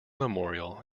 memorial